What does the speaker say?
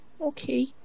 Okay